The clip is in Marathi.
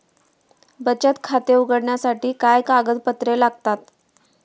बचत खाते उघडण्यासाठी काय कागदपत्रे लागतात?